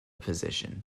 position